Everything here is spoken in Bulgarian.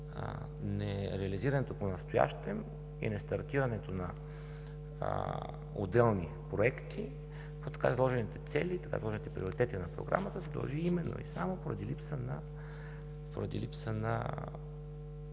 нереализирането понастоящем и нестартирането на отделни проекти по така изложените цели, по така изложените приоритети на Програмата се дължи именно и само поради липса на